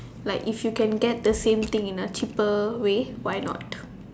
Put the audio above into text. like if you can get the same thing in a cheaper way why not